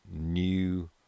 new